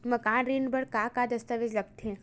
मकान ऋण बर का का दस्तावेज लगथे?